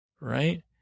right